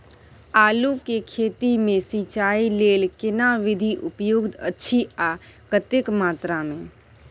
आलू के खेती मे सिंचाई लेल केना विधी उपयुक्त अछि आ कतेक मात्रा मे?